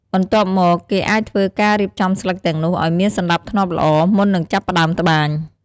បន្ទាប់មក គេអាចធ្វើការរៀបចំស្លឹកទាំងនោះឲ្យមានសណ្តាប់ធ្នាប់ល្អ មុននឹងចាប់ផ្តើមត្បាញ។